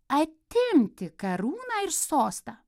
atimti karūną ir sostą